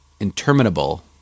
Interminable